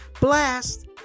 blast